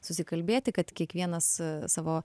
susikalbėti kad kiekvienas savo